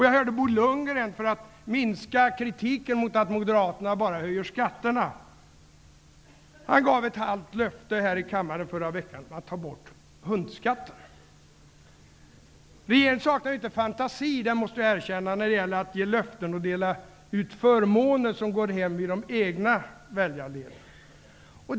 Jag hörde att Bo Lundgren, för att minska kritiken mot att Moderaterna bara höjer skatterna, gav ett halvt löfte här i kammaren i förra veckan om att ta bort hundskatten. Regeringen saknar inte fantasi -- det måste jag erkänna -- när det gäller att ge löften och dela ut förmåner som går hem i de egna väljarleden.